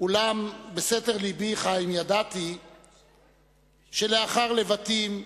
אולם בסתר לבי, חיים, ידעתי שלאחר לבטים,